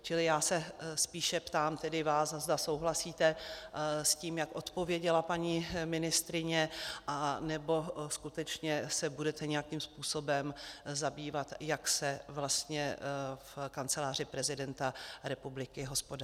Čili já se spíše ptám tedy vás, zda souhlasíte s tím, jak odpověděla paní ministryně, anebo skutečně se budete nějakým způsobem zabývat tím, jak se vlastně v Kanceláři prezidenta republiky hospodaří.